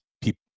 people